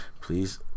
Please